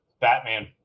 Batman